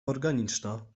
organiczna